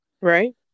Right